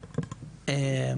בהמשך היה מתווה פראוור,